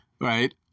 right